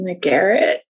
McGarrett